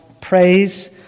praise